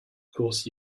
course